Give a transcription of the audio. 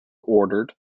ordered